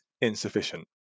insufficient